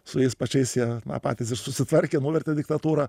su jais pačiais jie patys ir susitvarkė nuvertė diktatūrą